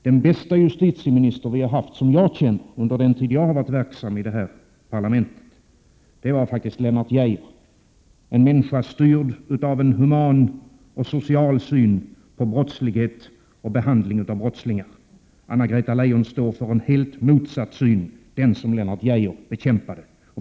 Den bästa justitieminister vi har haft under den tid som jag har varit verksam i parlamentet var Lennart Geijer, en människa styrd av en human och social syn på brottslighet och behandling av brottslingar. Anna-Greta Leijon står för en helt motsatt syn, den som Lennart Geijer bekämpade.